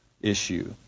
issue